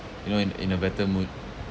you know in in a better mood